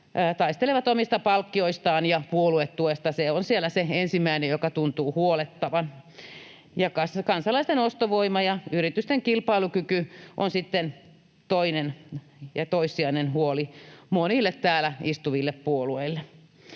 taistelevat omista palkkioistaan ja puoluetuesta. Se on siellä se ensimmäinen, joka tuntuu huolettavan. Kansalaisten ostovoima ja yritysten kilpailukyky ovat sitten toissijaisia huolia monille täällä istuville puolueille.